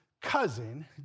cousin